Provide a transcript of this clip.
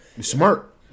smart